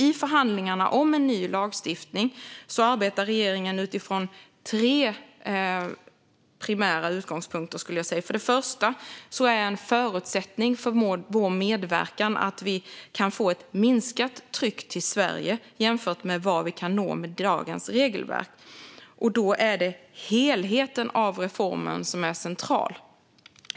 I förhandlingarna om en ny lagstiftning arbetar regeringen utifrån tre primära utgångspunkter. För det första är det en förutsättning för vår medverkan att vi kan få ett minskat tryck till Sverige jämfört med vad vi kan nå med dagens regelverk. Det är helheten av reformen som då är central.